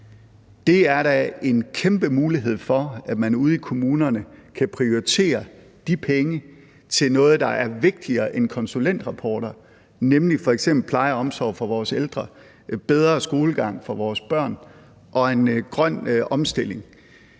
Det er da en kæmpe mulighed for, at man ude i kommunerne kan prioritere de penge til noget, der er vigtigere end konsulentrapporter, nemlig f.eks. pleje og omsorg for vores ældre, bedre skolegang for vores børn og en grøn omstilling.